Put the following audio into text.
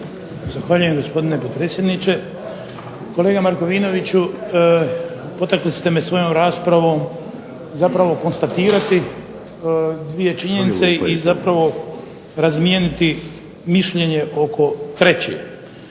Zahvaljujem, gospodine potpredsjedniče. Kolega Markovinoviću, potakli ste me svojom raspravom zapravo konstatirati dvije činjenice i zapravo razmijeniti mišljenje oko treće.